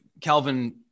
Calvin